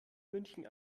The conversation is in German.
münchen